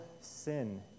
sin